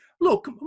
Look